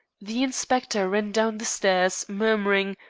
the inspector ran down the stairs, murmuring,